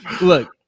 look